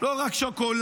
לא רק שוקולדות,